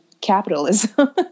capitalism